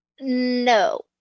No